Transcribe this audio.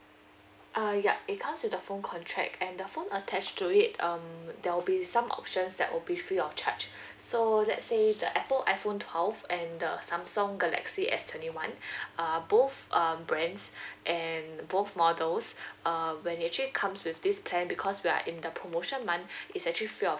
uh yup it comes with the phone contract and the phone attached to it um there will be some options that will be free of charge so let's say the apple iphone twelve and the samsung galaxy S twenty one uh both um brands and both models uh when it actually comes with this plan because we are in the promotion month it's actually free of